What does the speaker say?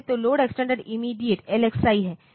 तो load extended इमीडियेटLXI है